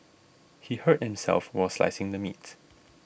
he hurt himself while slicing the meat